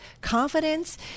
confidence